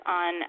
on